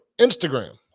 instagram